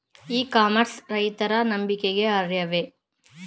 E commerce ರೈತರ ನಂಬಿಕೆಗೆ ಅರ್ಹವೇ?